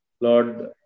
Lord